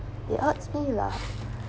it hurts me lah